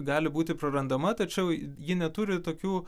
gali būti prarandama tačiau ji neturi tokių